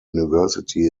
university